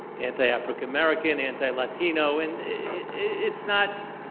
anti-african-american, anti-latino. and it's not,